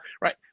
right